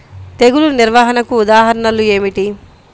తెగులు నిర్వహణకు ఉదాహరణలు ఏమిటి?